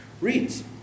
reads